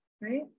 right